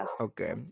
Okay